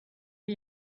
see